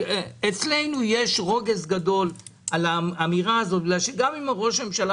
אצלנו יש רוגז גדול על האמירה הזאת בגלל שגם אם ראש הממשלה